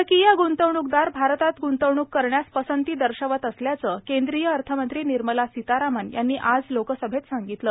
परकीय गुंतवणूकदार भारतात गुंतवणूक करण्यास पसंती दर्शवत असल्याचं केंद्रीय अर्थमंत्री निर्मला सितारामन् यांनी आज लोकसभेत सांगितलं